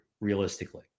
realistically